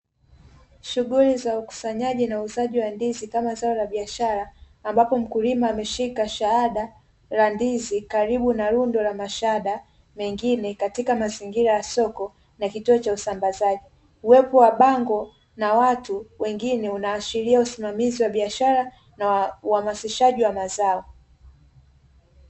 Shughuli za ukusanyaji na uuzaji wa ndizi kama zao la biashara, ambapo mkulima ameshika shahada la ndizi karibu na lundo la mashada mengine, katika mazingira ya soko na kituo cha usambazaji, uwepo wa bango na wengine unaashiria usimamizi wa biashara, na uhamasishaji wa mazao.